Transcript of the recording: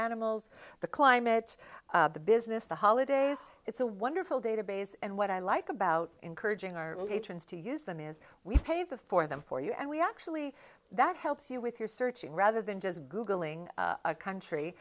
animals the climate the business the holidays it's a wonderful database and what i like about encouraging our patrons to use them is we pay the for them for you and we actually that helps you with your searching rather than just googling a country